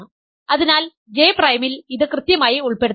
അതിനാൽ J പ്രൈമിൽ ഇത് കൃത്യമായി ഉൾപ്പെടുത്തുന്നു